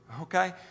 Okay